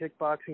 kickboxing